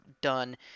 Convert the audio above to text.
done